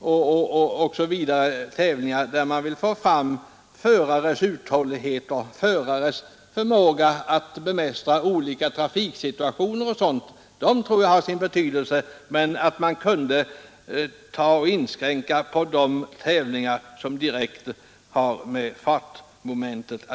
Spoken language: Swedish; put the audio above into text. osv., som avser att pröva förarnas uthållighet och förmåga att bemästra olika trafiksituationer osv. Dessa tävlingar tror jag har sin betydelse. Däremot borde man försöka inskränka de tävlingar som direkt är inriktade på fartmomentet.